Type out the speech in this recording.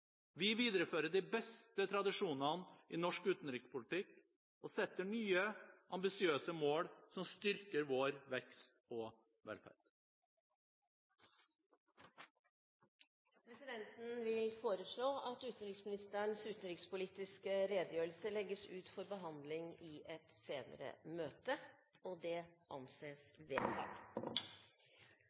Vi viderefører de beste tradisjonene i norsk utenrikspolitikk, og setter nye ambisiøse mål som styrker vår vekst og velferd. Presidenten vil foreslå at utenriksministerens utenrikspolitiske redegjørelse legges ut for behandling i et senere møte. – Det anses vedtatt.